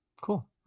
Cool